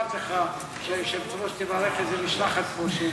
אכפת לך אם היושבת-ראש תברך איזו משלחת שנמצאת פה?